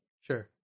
Sure